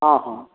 हँ हँ